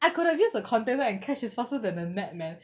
I could have used a container and catch it's faster than a net man